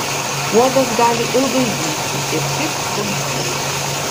uodas gali ilgai zyzti ir tik trumpai